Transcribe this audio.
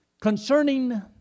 Concerning